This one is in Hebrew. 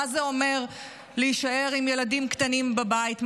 מה זה אומר להישאר עם ילדים קטנים בבית,